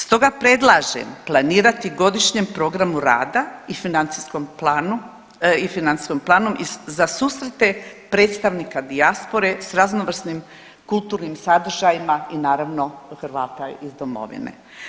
Stoga predlažem planirati godišnjem programu rada i financijskom planu i financijskim planom za susrete predstavnika dijaspore s raznovrsnim kulturnim sadržajima i naravno Hrvata iz domovine.